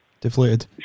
Deflated